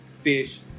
fish